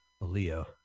Leo